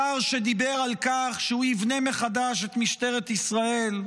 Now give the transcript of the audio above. שר שדיבר על כך שהוא יבנה מחדש את משטרת ישראל,